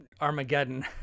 Armageddon